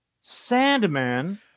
Sandman